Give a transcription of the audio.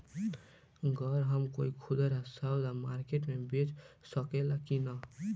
गर हम कोई खुदरा सवदा मारकेट मे बेच सखेला कि न?